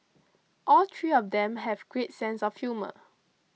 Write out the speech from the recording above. all tree of them have great sense of humour